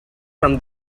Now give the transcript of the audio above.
from